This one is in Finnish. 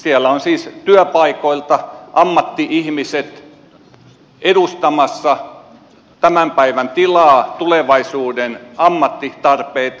siellä ovat siis työpaikoilta ammatti ihmiset edustamassa tämän päivän tilaa tulevaisuuden ammattitarpeita